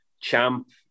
champ